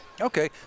Okay